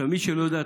מי שלא יודע,